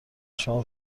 شما